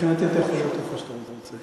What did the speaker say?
מבחינתי אתה יכול להיות איפה שאתה רוצה.